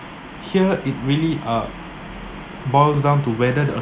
here it really uh boils down to whether the